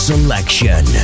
Selection